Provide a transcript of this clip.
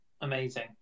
Amazing